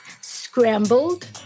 Scrambled